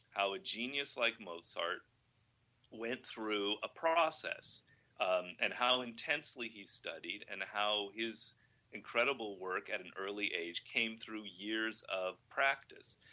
our genius like mozart went through a process um and how intensely he studied and how his incredible work at an early age came through years of practice.